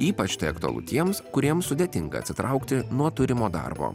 ypač tai aktualu tiems kuriems sudėtinga atsitraukti nuo turimo darbo